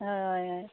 हय हय हय